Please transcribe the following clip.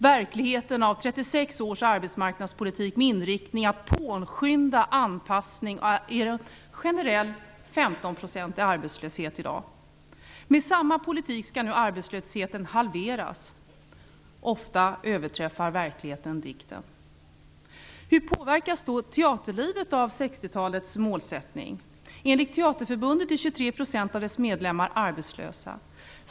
Verkligheten efter 36 års arbetsmarknadspolitik med inriktning på att påskynda anpassning är en generell 15 procentig arbetslöshet i dag. Med samma politik skall nu arbetslösheten halveras. Ofta överträffar verkligheten dikten. Hur påverkas då teaterlivet av 60-talets målsättning? Enligt Teaterförbundet är 23 % av dess medlemmar arbetslösa.